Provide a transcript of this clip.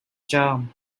charm